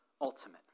ultimate